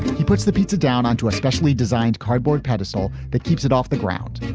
he puts the pizza down onto a specially designed cardboard pedestal that keeps it off the ground.